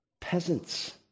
Peasants